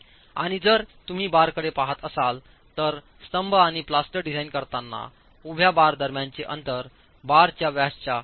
आणि जर तुम्ही बारकडे पहात असाल तर स्तंभ आणि प्लास्टर डिझाइन करताना उभ्या बार दरम्यानचे अंतर बारच्या व्यासाच्या 1